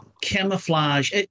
camouflage